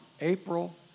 April